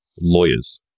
Lawyers